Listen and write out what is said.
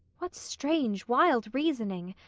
what strange, wild reasoning!